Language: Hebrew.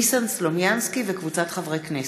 חבר הכנסת ניסן סלומינסקי וקבוצת חברי הכנסת,